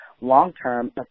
long-term